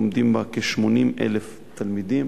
לומדים בה כ-80,000 תלמידים